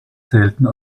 zählten